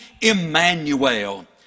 Emmanuel